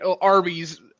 Arby's